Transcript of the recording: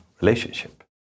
relationship